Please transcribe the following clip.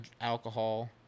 alcohol